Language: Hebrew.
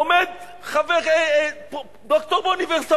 עומד ד"ר באוניברסיטה,